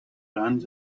runs